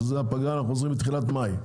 כנראה שבתחילת מאי.